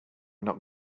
not